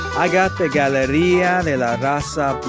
i got the galleria yeah de la raza